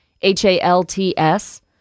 H-A-L-T-S